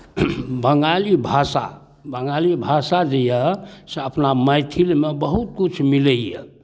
बंगाली भाषा बंगाली भाषा जे यए से अपना मैथिलमे बहुत किछु मिलैए